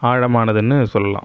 ஆழமானதுன்னு சொல்லலாம்